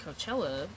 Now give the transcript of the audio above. Coachella